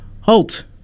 Halt